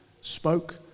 spoke